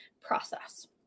process